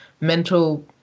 mental